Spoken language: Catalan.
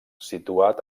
situat